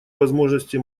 возможности